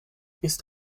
ist